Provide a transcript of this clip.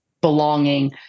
belonging